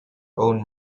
own